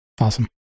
Awesome